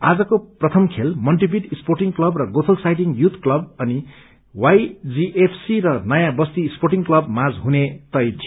आजको प्रथम खेल मन्टीभियट स्पोर्टिंग क्लब र गोथल्स साइडिंग युथ क्लब अनि वाइजीएफसी र नयाँ बस्ती स्पोर्टिग क्लब माझ हुने तय थियो